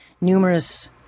numerous